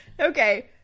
okay